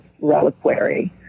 reliquary